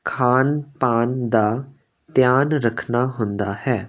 ਖਾਣ ਪਾਨ ਦਾ ਧਿਆਨ ਰੱਖਣਾ ਹੁੰਦਾ ਹੈ